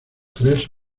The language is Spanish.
tres